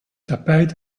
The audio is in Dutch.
tapijt